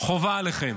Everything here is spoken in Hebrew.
חובה עליכם.